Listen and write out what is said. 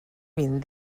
vint